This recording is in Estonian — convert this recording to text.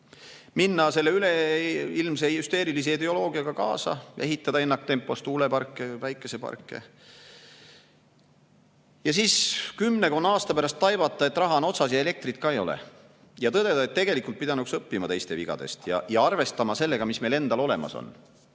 minna selle üleilmse hüsteerilise ideoloogiaga kaasa, ehitada ennaktempos tuuleparke ja päikeseparke ning siis kümmekonna aasta pärast taibata, et raha on otsas ja elektrit ka ei ole, ja tõdeda, et tegelikult pidanuks õppima teiste vigadest ja arvestama sellega, mis meil endal olemas on.